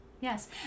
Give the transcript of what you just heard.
Yes